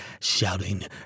shouting